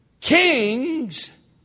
Kings